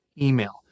email